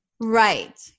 right